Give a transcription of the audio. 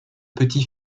petit